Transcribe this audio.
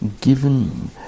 given